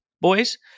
boys